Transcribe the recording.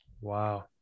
Wow